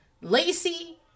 Lacey